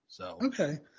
Okay